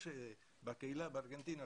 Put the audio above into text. יש בקהילה בארגנטינה,